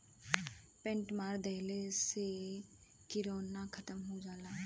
paint मार देहले से किरौना खतम हो जाला